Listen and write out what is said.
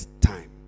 Time